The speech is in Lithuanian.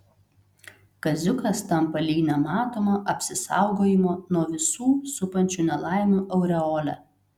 kaziukas tampa lyg nematoma apsisaugojimo nuo visų supančių nelaimių aureole